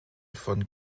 von